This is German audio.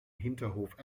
hinterhof